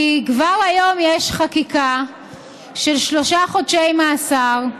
כי כבר היום יש חקיקה של שלושה חודשי מאסר,